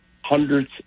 hundreds